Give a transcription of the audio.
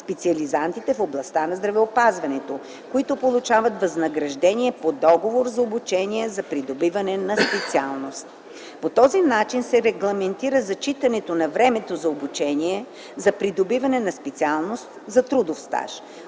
специализантите в областта на здравеопазването, които получават възнаграждение по договор за обучение за придобиване на специалност. По този начин се регламентира зачитането на времето за обучение за придобиване на специалност за трудов стаж.